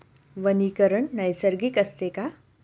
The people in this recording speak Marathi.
वनीकरण नैसर्गिक असते का?